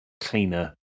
cleaner